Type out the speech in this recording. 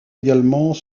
également